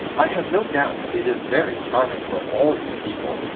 i have no doubt it is very charming for all you people,